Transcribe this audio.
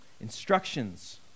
instructions